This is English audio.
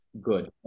good